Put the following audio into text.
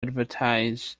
advertise